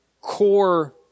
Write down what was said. core